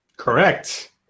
Correct